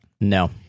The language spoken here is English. No